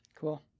Cool